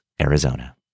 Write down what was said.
Arizona